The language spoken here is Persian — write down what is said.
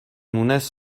مونس